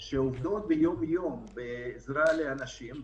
שעובדות ביום-יום בעזרה לאנשים.